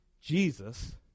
jesus